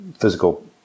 physical